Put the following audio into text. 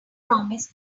promise